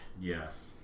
Yes